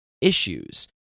issues